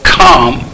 come